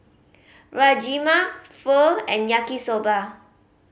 Rajma Pho and Yaki Soba